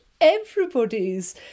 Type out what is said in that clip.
everybody's